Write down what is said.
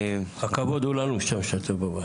הכבוד הוא לנו שאתה בבית.